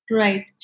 right